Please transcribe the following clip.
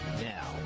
Now